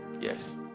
Yes